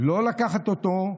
לא לקחת אותו.